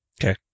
Okay